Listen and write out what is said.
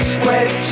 Square